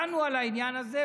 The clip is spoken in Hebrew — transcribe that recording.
דנו על העניין הזה,